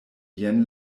jen